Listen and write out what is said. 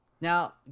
Now